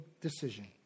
decision